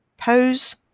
pose